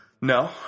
No